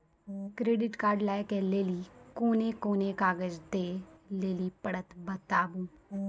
Credit card लै के लेली कोने कोने कागज दे लेली पड़त बताबू?